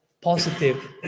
positive